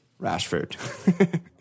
Rashford